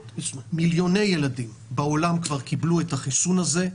מיליוני ילדים בעולם כבר קבלו את החיסון הזה,